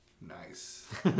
Nice